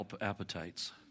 appetites